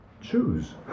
choose